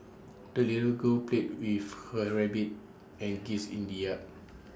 the little girl played with her rabbit and geese in the yard